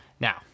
Now